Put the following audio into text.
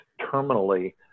terminally